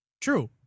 True